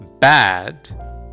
Bad